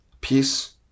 Peace